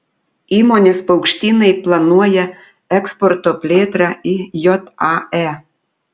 įmonės paukštynai planuoja eksporto plėtrą į jae